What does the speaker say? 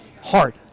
Hard